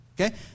Okay